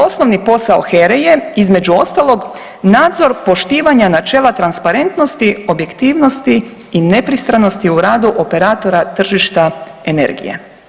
Osnovi posao HERA-e je između ostalog nadzor poštivanja načela transparentnosti, objektivnosti i nepristranosti u radu operatora tržišta energije.